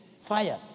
fired